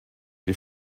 les